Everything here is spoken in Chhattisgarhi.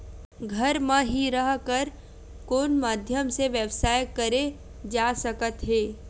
घर म हि रह कर कोन माध्यम से व्यवसाय करे जा सकत हे?